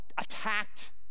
attacked